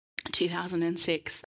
2006